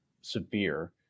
severe